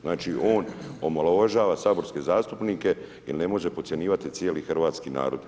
Znači, on omalovažava saborske zastupnike jer ne može podcjenjivati cijeli hrvatski narod.